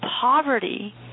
poverty